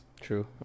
True